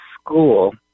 school